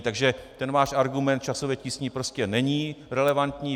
Takže váš argument časové tísně prostě není relevantní.